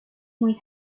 muy